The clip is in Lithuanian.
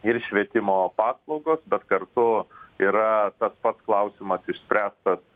ir švietimo paslaugos bet kartu yra tas pats klausimas išspręstas